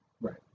Right